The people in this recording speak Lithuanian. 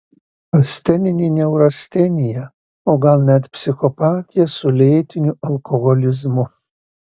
asteninė neurastenija o gal net psichopatija su lėtiniu alkoholizmu